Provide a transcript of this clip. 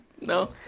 no